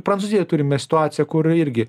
prancūzijoj turime situaciją kur irgi